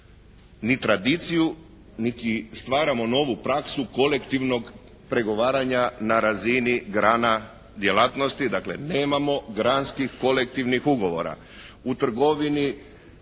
ni tradiciju niti stvaramo novu praksu kolektivnog pregovaranja na razini grana djelatnosti, dakle nemamo granskih kolektivnih ugovora.